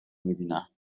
میبینم